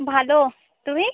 ভালো তুমি